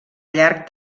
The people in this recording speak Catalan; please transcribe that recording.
llarg